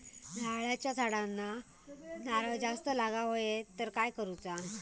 नारळाच्या झाडांना नारळ जास्त लागा व्हाये तर काय करूचा?